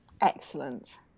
excellent